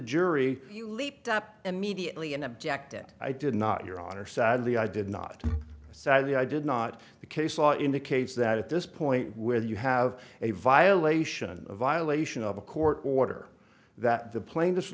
jury you leaped up immediately and objected i did not your honor sadly i did not sadly i did not the case law indicates that at this point where you have a violation of violation of a court order that the plaine